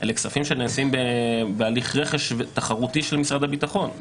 אלה כספים שנעשים בהליך רכש תחרותי של משרד הביטחון.